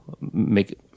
make